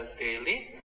daily